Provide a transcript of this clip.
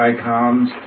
icons